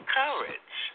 courage